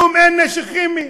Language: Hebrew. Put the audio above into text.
היום אין נשק כימי.